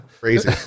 Crazy